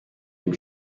dem